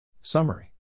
Summary